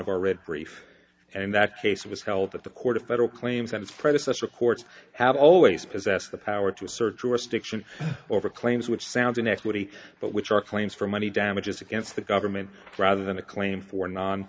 of our read brief and that case was held at the court of federal claims that its predecessor courts have always possess the power to assert jurisdiction over claims which sounds in equity but which are claims for money damages against the government rather than a claim for non